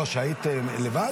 לא, היית לבד?